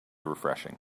refreshing